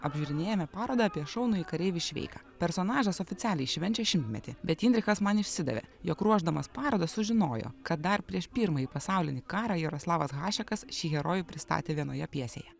apžiūrinėjame parodą apie šaunųjį kareivį šveiką personažas oficialiai švenčia šimmetį bet jinrichas man išsidavė jog ruošdamas parodą sužinojo kad dar prieš pirmąjį pasaulinį karą jaroslavas hašekas šį herojų pristatė vienoje pjesėje